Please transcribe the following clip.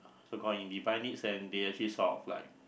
divine needs and they actually sort of like